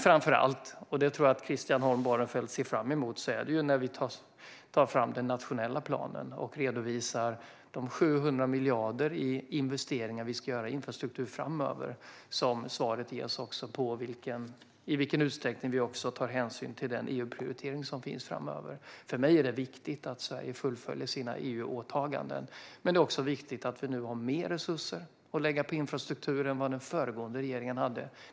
Framför allt, och det tror jag att Christian Holm Barenfeld ser fram emot, är det när vi tar fram den nationella planen och redovisar de 700 miljarder vi ska investera i infrastruktur framöver som svaret ges på i vilken utsträckning vi tar hänsyn till den EU-prioritering som finns framöver. För mig är det viktigt att Sverige fullföljer sina EU-åtaganden, men det är också viktigt att vi nu har mer resurser att lägga på infrastruktur än vad den föregående regeringen hade.